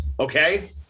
Okay